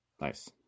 Nice